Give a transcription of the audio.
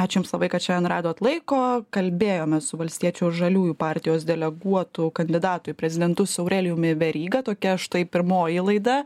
ačiū jums labai kad šiandien radot laiko kalbėjomės su valstiečių žaliųjų partijos deleguotu kandidatu į prezidentus aurelijumi veryga tokia štai pirmoji laida